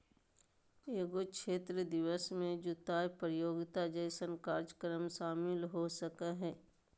एगो क्षेत्र दिवस में जुताय प्रतियोगिता जैसन कार्यक्रम शामिल हो सकय हइ